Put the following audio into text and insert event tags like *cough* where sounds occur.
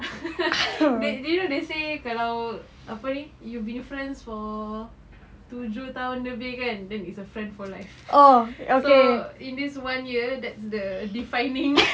*laughs* did you know they say kalau apa ni you been friends for tujuh tahun lebih kan then it's a friend for life so in this one year that's the defining